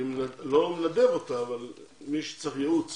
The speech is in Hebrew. אני לא מנדב אותה, אבל מי שצריך ייעוץ